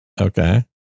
Okay